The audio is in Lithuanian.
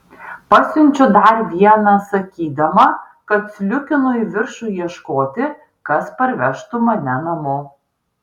pasiunčiu dar vieną sakydama kad sliūkinu į viršų ieškoti kas parvežtų mane namo